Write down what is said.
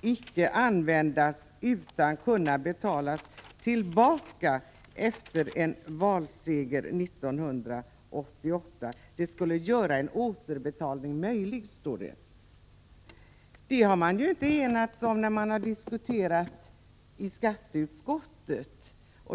inte användas utan kunna betalas tillbaka efter en valseger 1988. Det skulle göra en återbetalning möjlig, står det. Men detta var inte vad man enades om när det ärendet diskuterades i skatteutskottet.